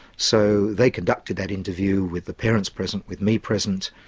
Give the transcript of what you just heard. so they conducted that interview with the parents present, with me present,